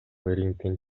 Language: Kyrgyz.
рингден